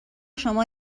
شما